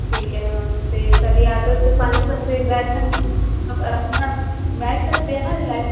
ਠੀਕ ਹੈ ਮੈਮ ਅਤੇ ਤੁਹਾਡੀ ਆਟੋ 'ਚ ਪੰਜ ਬੰਦੇ ਬੈਠਣ ਮਤਲਬ ਆਰਾਮ ਨਾਲ ਬੈਠ ਸਕਦੇ ਹੈ ਨਾ ਲੈਂ